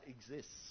exists